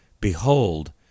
behold